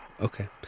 Okay